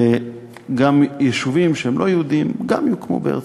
גם יישובים שהם לא יהודיים יוקמו בארץ-ישראל.